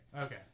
Okay